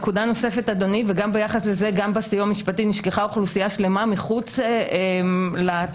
גם בסיוע המשפטי נשכחה אוכלוסייה שלמה מחוץ לתמונה,